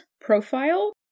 profile